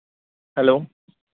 hello